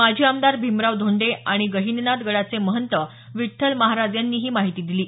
माजी आमदार भीमराव धोंडे आणि गहिनीनाथ गडाचे महंत विठ्ठल महाराज यांनी ही माहिती दिली आहे